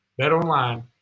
BetOnline